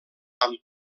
amb